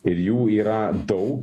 ir jų yra daug